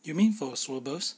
you mean for swabbers